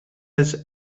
eens